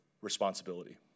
responsibility